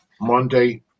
Monday